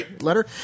letter